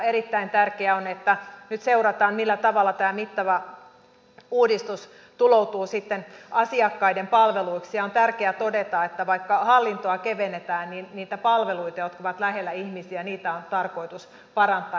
erittäin tärkeää on että nyt seurataan millä tavalla tämä mittava uudistus tuloutuu sitten asiakkaiden palveluiksi ja on tärkeää todeta että vaikka hallintoa kevennetään niin niitä palveluita jotka ovat lähellä ihmisiä on tarkoitus parantaa